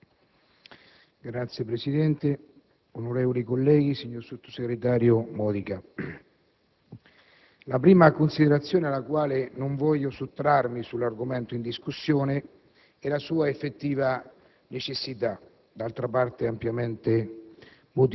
Signor Presidente, onorevoli colleghi, signor sottosegretario Modica, la prima considerazione alla quale non voglio sottrarmi sull'argomento in discussione è la effettiva necessità di questo provvedimento,